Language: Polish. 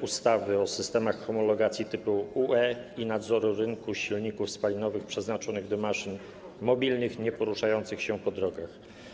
ustawy o systemach homologacji typu UE i nadzoru rynku silników spalinowych przeznaczonych do maszyn mobilnych nieporuszających się po drogach.